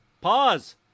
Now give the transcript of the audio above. Pause